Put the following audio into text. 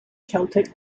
celtic